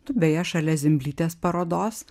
tu beje šalia zimblytės parodos